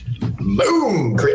Boom